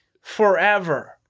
forever